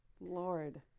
Lord